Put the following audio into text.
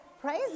praise